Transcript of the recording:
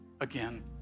again